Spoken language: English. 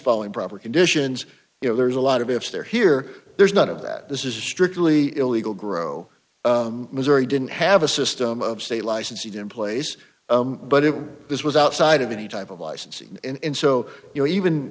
following proper conditions you know there's a lot of ifs there here there's none of that this is strictly illegal grow missouri didn't have a system of state license he didn't place but if this was outside of any type of licensing and so you know even